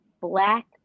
black